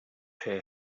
hear